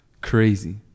crazy